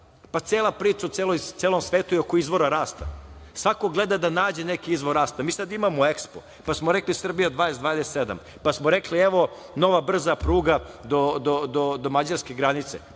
stvari. Cela priča u celom svetu je oko izvora rasta. Svako gleda da nađe neki izvor rasta. Mi sad imamo EKSPO, pa smo rekli „Srbija 2027“, pa smo rekli – evo, nova brza pruga do mađarske granice.